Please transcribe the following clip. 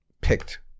picked